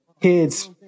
kids